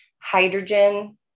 hydrogen